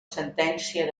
sentència